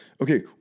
okay